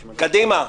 קדימה.